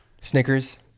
Snickers